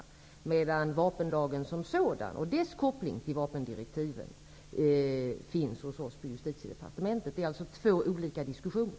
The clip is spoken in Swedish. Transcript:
Frågan om vapenlagen som sådan och dess koppling till vapendirektiven hanteras av oss på Justitiedepartementet. Det är alltså två olika diskussioner.